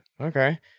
Okay